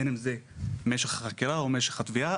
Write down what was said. בין אם זה משך החקירה או משך התביעה.